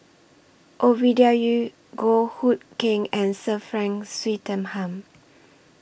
Ovidia Yu Goh Hood Keng and Sir Frank Swettenham